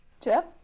Jeff